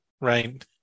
right